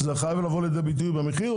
שזה חייב לבוא לידי ביטוי במחיר,